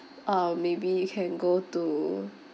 or maybe you can go to